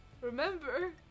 remember